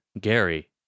Gary